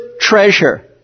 treasure